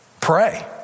Pray